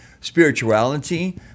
spirituality